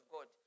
God